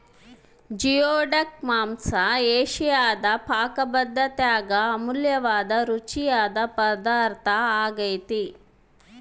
geoduck ಮಾಂಸ ಏಷಿಯಾದ ಪಾಕಪದ್ದತ್ಯಾಗ ಅಮೂಲ್ಯವಾದ ರುಚಿಯಾದ ಪದಾರ್ಥ ಆಗ್ಯೆತೆ